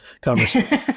conversation